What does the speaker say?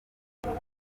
izuba